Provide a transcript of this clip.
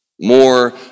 More